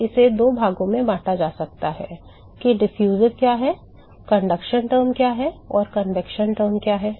अब इसे दो भागों में बाँटा जा सकता है कि डिफ्यूसिव क्या है कंडक्शन टर्म क्या है और कन्वेक्शन टर्म क्या है